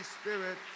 Spirit